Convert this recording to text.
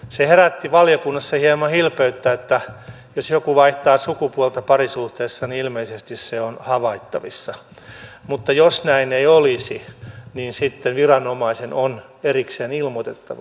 se herätti valiokunnassa hieman hilpeyttä että jos joku vaihtaa sukupuolta parisuhteessa niin ilmeisesti se on havaittavissa mutta jos näin ei olisi niin sitten viranomaisen on erikseen ilmoitettava